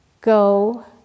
Go